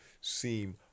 seem